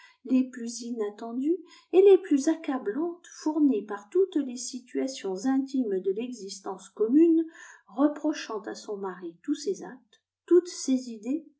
les plus inattendues et les plus accablantes fournies par toutes les situations intimes de l'existence commune reprochant à son mari tous ses actes toutes ses idées